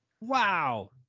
Wow